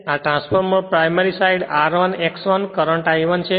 અને in transformer primary side r 1 x 1 current I1 છે